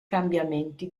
cambiamenti